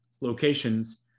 locations